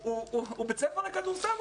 הוא בית ספר לכדורסל.